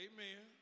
Amen